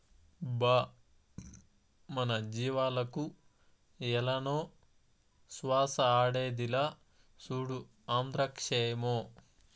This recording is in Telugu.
బా మన జీవాలకు ఏలనో శ్వాస ఆడేదిలా, సూడు ఆంద్రాక్సేమో